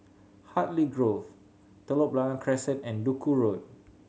Hartley Grove Telok Blangah Crescent and Duku Road